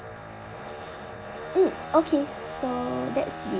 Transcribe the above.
mm okay so that's the